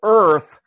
earth